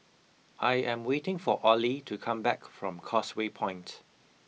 I am waiting for Ollie to come back from Causeway Point